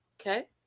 okay